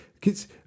kids